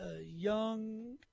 young